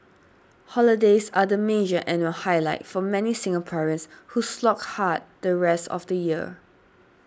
holidays are the major annual highlight for many Singaporeans who slog hard the rest of the year